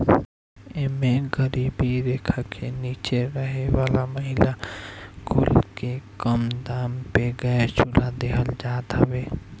एमे गरीबी रेखा के नीचे रहे वाला महिला कुल के कम दाम पे गैस चुल्हा देहल जात हवे